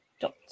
dot